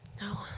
No